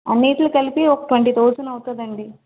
అన్నిటికి కలిపి ఒక ట్వంటీ థౌసండ్ అవుతుందండి